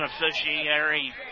beneficiary